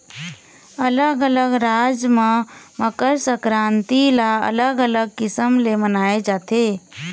अलग अलग राज म मकर संकरांति ल अलग अलग किसम ले मनाए जाथे